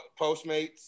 Postmates